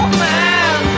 man